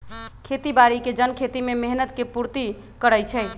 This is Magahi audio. खेती बाड़ी के जन खेती में मेहनत के पूर्ति करइ छइ